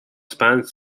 spans